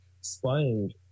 spying